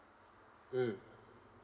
mm